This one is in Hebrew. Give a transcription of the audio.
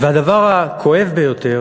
והדבר הכואב ביותר,